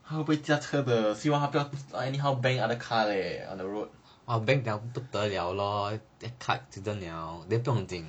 他会不会驾车的希望他不要 anyhow bang other car leh on the road